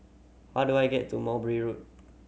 how do I get to Mowbray Road